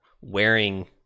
wearing